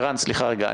ערן, סליחה, רגע.